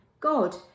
God